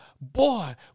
boy